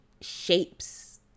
shapes